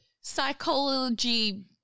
psychology